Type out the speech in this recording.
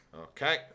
Okay